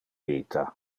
vita